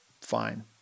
fine